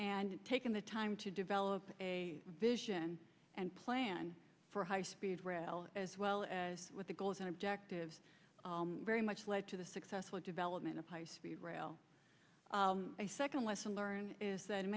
and taken the time to develop a vision and plan for high speed rail as well as with the goals and objectives very much led to the successful development of high speed rail a second lesson learned is that in